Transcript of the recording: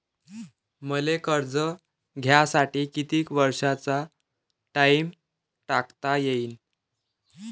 मले कर्ज घ्यासाठी कितीक वर्षाचा टाइम टाकता येईन?